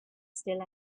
still